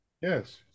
Yes